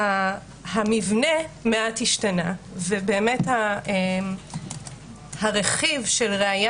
המבנה מעט השתנה ובאמת הרכיב של ראיה